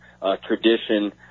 tradition